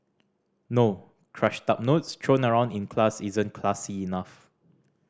no crushed up notes thrown around in class isn't classy enough